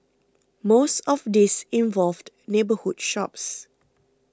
most of these involved neighbourhood shops